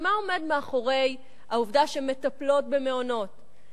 כי מה עומד מאחורי העובדה שמטפלות במעונות,